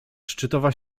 szczytowa